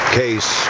case